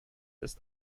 ist